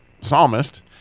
psalmist